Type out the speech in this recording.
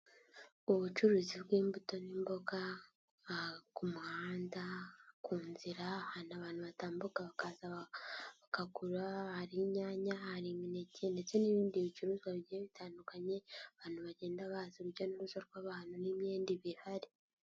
Ubucuruzi bw'imbuto n'imboga, ku muhanda, ku nzira, ahantu abantu batambuka bakaza bakagura, hari inyanya, hari imineke ndetse n'ibindi bicuruzwa bigiye bitandukanye, abantu bagenda baza urujya n'uruza rw'abantu n'imyenda iba ihari.